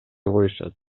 коюшат